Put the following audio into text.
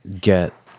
get